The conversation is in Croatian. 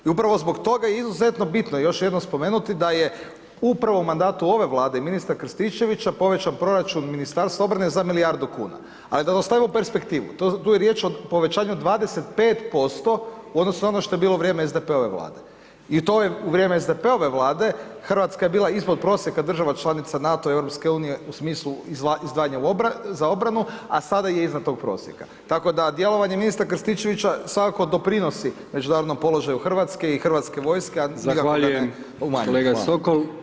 I upravo zbog toga je izuzetno bitno još jednom spomenuti da je upravo u mandatu ove Vlade i ministra Krstičevića povećan proračun Ministarstva obrane za milijardu kuna, ali da ostavimo perspektivu, tu je riječ o povećanju 25% u odnosu na ono što je bilo u vrijeme SDP-ove Vlade i to je u vrijeme SDP-ove Vlade, RH je bila ispod prosjeka država članica NATO-a i EU u smislu izdvajanja za obranu, a sada je iznad tog prosjeka, tako da djelovanje ministra Krstičevića svakako doprinosi međunarodnom položaju RH i Hrvatske vojske [[Upadica: Zahvaljujem…]] a nikako ga ne umanjuje.